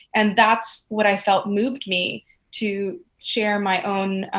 and that's what i felt moved me to share my own